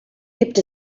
gibt